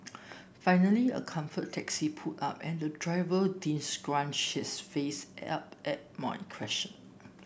finally a Comfort taxi pulled up and the driver didn't scrunch his face up at my question